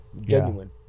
genuine